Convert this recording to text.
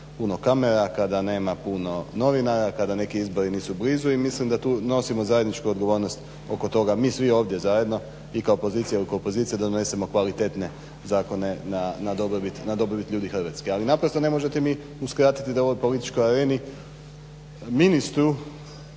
puno kamera kada nema puno novinara kada neki izbori nisu blizu i mislim da tu nosimo zajedničku odgovornost oko toga, mi svi ovdje zajedno i kao pozicija i kao opozicija da donesemo kvalitetne zakone na dobrobit ljudi Hrvatske. Ali naprosto ne možete mi uskratiti da u ovoj političkoj areni ministru